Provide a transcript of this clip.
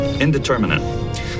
indeterminate